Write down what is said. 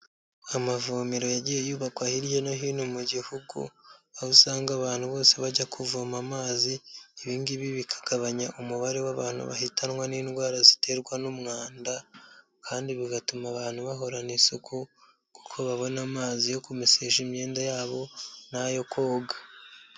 Amavomero yagiye yubakwa hirya no hino mu gihugu, aho usanga abantu bose bajya kuvoma amazi, ibi ngibi bikagabanya umubare w'abantu bahitanwa n'indwara ziterwa n'umwanda kandi bigatuma abantu bahorana isuku kuko babona amazi yo kumesesha imyenda yabo n'ayo koga.